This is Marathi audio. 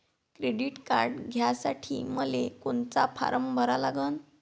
क्रेडिट कार्ड घ्यासाठी मले कोनचा फारम भरा लागन?